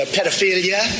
pedophilia